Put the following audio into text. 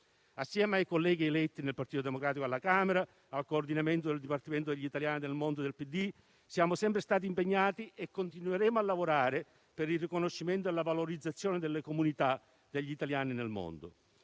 Insieme ai colleghi eletti nel Partito Democratico alla Camera e al coordinamento del Dipartimento per gli italiani del mondo del PD, siamo sempre stati impegnati e continueremo a lavorare per il riconoscimento e la valorizzazione delle comunità degli italiani nel mondo.